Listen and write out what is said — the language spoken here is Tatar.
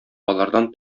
алардан